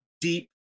deep